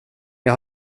jag